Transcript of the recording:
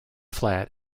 flat